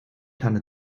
tanne